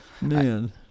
Man